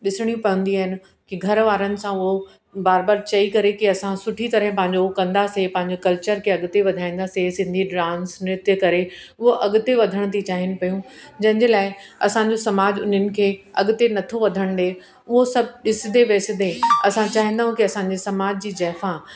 ॾिसणी पवंदियूं आहिनि कि घर वारनि सां उहो बार बार चई करे कि असां सुठी तरह पंहिंजो कंदासीं पंहिंजो कल्चर खे अॻिते वधाईंदासीं सिंधी डांस नृतु करे उहो अॻिते वधण थी चाहिनि पियूं जंहिं जे लाइ असांजो समाज उन्हनि खे अॻिते नथो वधण ॾे उहो सभु ॾिसंदे वेसंदे असां चाहींदा आहियूं कि असांजे समाज जी जाइफ़ा